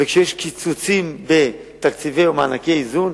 וכשיש קיצוצים בתקציבי או במענקי איזון,